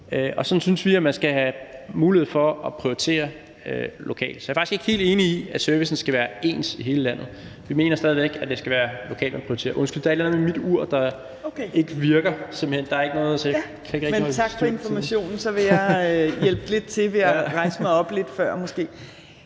og sådan synes vi man skal have mulighed for at prioritere lokalt. Så jeg er faktisk ikke helt enig i, at serviceniveauet skal være ens i hele landet. Vi mener stadig væk, at det skal være lokalt, man prioriterer. Undskyld, der er et eller andet ved mit ur, der ikke virker. Så jeg kan ikke rigtig kan holde styr på tiden. Kl. 13:03 Tredje næstformand (Trine Torp): Tak for informationen. Så vil jeg måske hjælpe lidt til ved at rejse mig op lidt før. Hr.